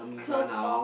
closed off